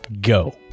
go